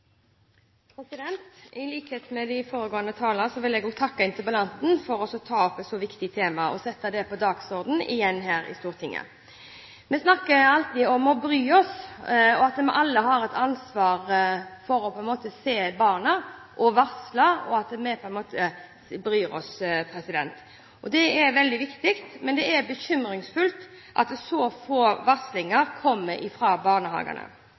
omsorgssvikt. I likhet med de foregående talere vil jeg takke interpellanten for å ta opp et så viktig tema og igjen sette det på dagsordenen her i Stortinget. Vi snakker alltid om å bry oss, at vi alle har et ansvar for å se barna og varsle, og det er veldig viktig. Men det er bekymringsfullt at så få